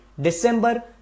December